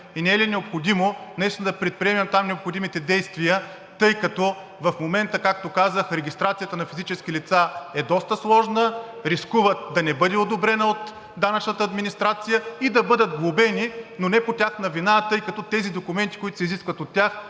и не е ли е необходимо да предприемем необходимите действия, тъй като в момента, както казах, регистрацията на физически лица е доста сложна и рискуват да не бъде одобрена от данъчната администрация и да бъдат глобени, но не по тяхна вина, тъй като тези документи, които се изискват от тях,